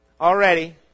already